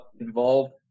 involved